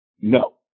no